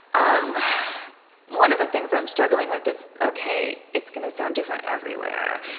um one of the things i'm struggling with is, ok, it's going to sound different everywhere.